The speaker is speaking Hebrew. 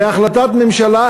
בהחלטת ממשלה,